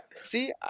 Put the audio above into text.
See